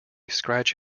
scratch